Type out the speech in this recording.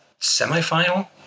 semifinal